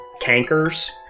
cankers